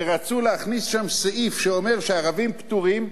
ורצו להכניס שם סעיף שאומר שהערבים פטורים,